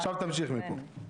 עכשיו תמשיך מפה.